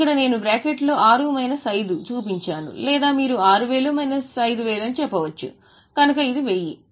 ఇక్కడ నేను బ్రాకెట్ లో 6 మైనస్ 5 చూపించాను లేదా మీరు 6000 మైనస్ 5000 అని చెప్పవచ్చు కనుక ఇది 1000